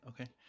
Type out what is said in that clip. okay